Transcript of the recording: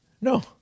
No